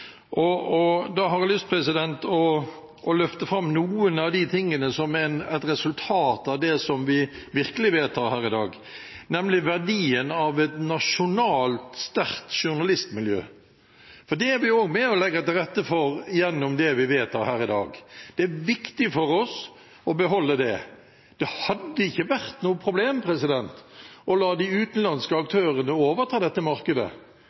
Da vil jeg gjerne løfte fram noe som er et resultat av det som vi vedtar her i dag, nemlig verdien av et nasjonalt sterkt journalistmiljø. Det er vi også med og legger til rette for gjennom det vi vedtar her i dag. Det er viktig for oss å beholde det. Det hadde ikke vært noe problem å la de utenlandske aktørene overta dette markedet.